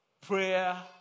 Prayer